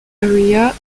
area